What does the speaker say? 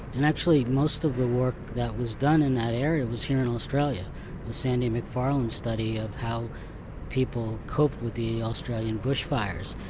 and actually most of work that was done in that area was here in australia, the sandy mcfarlane study of how people coped with the australian bush fires,